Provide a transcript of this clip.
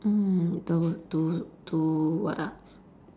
mm the what to to what ah